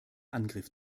angriff